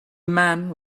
man